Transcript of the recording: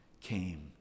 came